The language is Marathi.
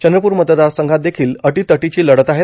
चंद्रपूर मतदारसंघात देखिल अटीतटीची लढत आहे